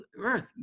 earth